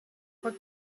trois